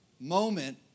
moment